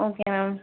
okay ma'am